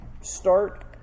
start